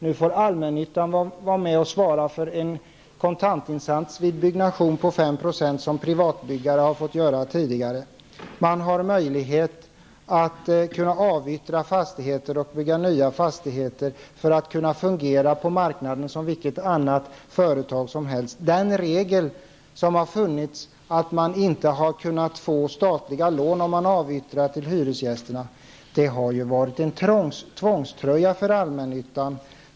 Nu får allmännyttan vara med och svara för en kontantinsats på 5 % vid byggnation, något som privata byggare tidigare har fått göra. Man får möjlighet att avyttra fastigheter och bygga nya fastigheter för att kunna fungera på marknaden som vilket annat företag som helst. Denna regel som tidigare funnits, att man inte kunnat få statliga lån om man avyttrat till hyresgästerna, har varit en tvångströja för allmännyttan.